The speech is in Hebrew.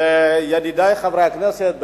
ידידי חברי הכנסת,